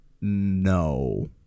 no